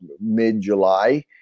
mid-July